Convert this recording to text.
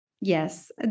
Yes